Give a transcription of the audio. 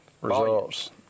results